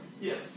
Yes